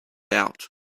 out